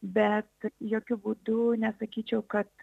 bet jokiu būdu nesakyčiau kad